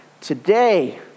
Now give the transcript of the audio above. today